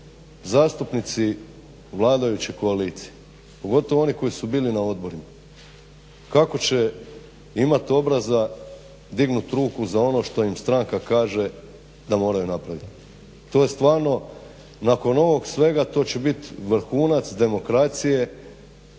zastupnici vladajuće koalicije pogotovo oni koji su bili na odborima. Kako će imati obraza dignut ruku za ono što im stranka kaže da moraju napraviti. To je stvarno nakon ovog svega to će biti vrhunac demokracije,